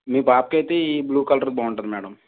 మీ బాబుకి అయితే ఈ బ్లూ కలర్ బాగుంటుంది మ్యాడం